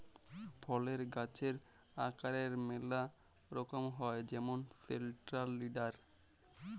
ফলের গাহাচের আকারের ম্যালা রকম হ্যয় যেমল সেলট্রাল লিডার